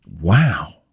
Wow